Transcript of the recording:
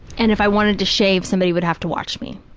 and if i wanted to shave, somebody would have to watch me.